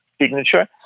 signature